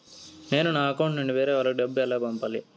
నేను నా అకౌంట్ నుండి వేరే వాళ్ళకి డబ్బును ఎలా పంపాలి?